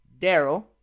Daryl